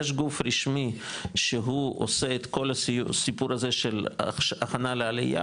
יש גוף רשמי שהוא עושה את כל הסיפור הזה של הכנה לעלייה,